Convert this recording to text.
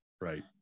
right